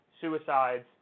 suicides